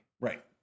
Right